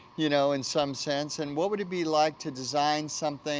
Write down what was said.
you know, in some sense, and what would it be like to design something